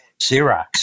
Xerox